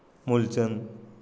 Moolchand